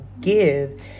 give